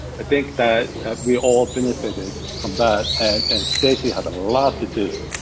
i think that we all benefited from that. and stacey had a lot to do